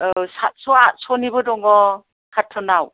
औ सातस' आठस'निबो दङ कार्टुनाव